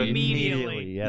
immediately